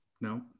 No